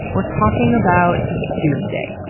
we're talking about doomsday.